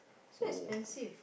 so expensive